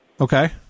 Okay